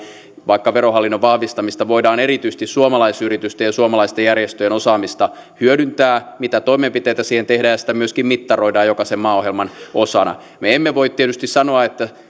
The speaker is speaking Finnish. vaikka verohallinnon vahvistamista voidaan erityisesti suomalaisyritysten ja suomalaisten järjestöjen osaamista hyödyntää mitä toimenpiteitä siihen tehdään ja sitä myöskin mittaroidaan jokaisen maaohjelman osana me emme voi tietysti sanoa että